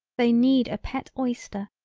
they need a pet oyster,